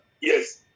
yes